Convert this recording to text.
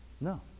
no